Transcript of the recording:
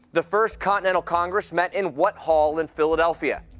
the first continental congress met in what hall in philadelphia?